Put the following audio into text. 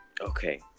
Okay